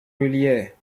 reliait